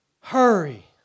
Hurry